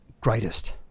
greatest